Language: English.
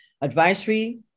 advisory